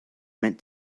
meant